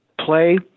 play